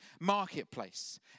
marketplace